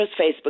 Facebook